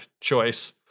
choice